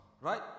right